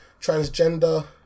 transgender